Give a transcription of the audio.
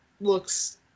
looks